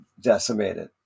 decimated